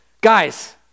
guys